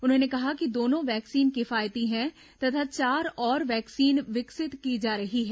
उन्होंने कहा कि दोनों वैक्सीन किफायती हैं तथा चार और वैक्सीन विकसित की जा रही है